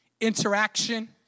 interaction